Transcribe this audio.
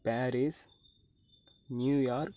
Paris New York